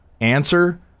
Answer